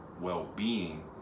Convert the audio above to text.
well-being